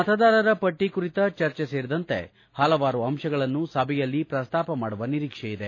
ಮತದಾರರ ಪಟ್ಟ ಕುರಿತ ಚರ್ಚೆ ಸೇರಿದಂತೆ ಹಲವಾರು ಅಂಶಗಳು ಸಭೆಯಲ್ಲಿ ಪ್ರಸ್ತಾಪ ಮಾಡುವ ನಿರೀಕ್ಷೆಯಿದೆ